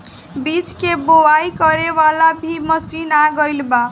बीज के बोआई करे वाला भी अब मशीन आ गईल बा